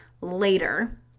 later